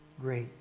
great